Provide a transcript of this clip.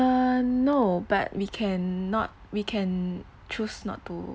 uh no but we can not we can choose not to